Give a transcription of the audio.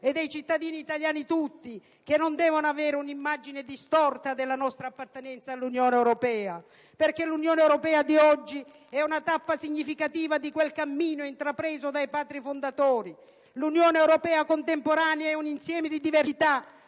e dei cittadini italiani tutti, che non devono avere una immagine distorta della nostra appartenenza all'Unione europea. L'Unione europea di oggi, infatti, è una tappa significativa di quel cammino intrapreso dai padri fondatori. L'Unione europea contemporanea è un insieme di diversità